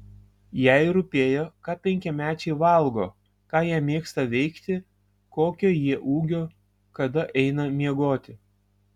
jai rūpėjo ką penkiamečiai valgo ką jie mėgsta veikti kokio jie ūgio kada eina miegoti